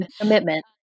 commitment